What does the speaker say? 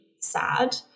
sad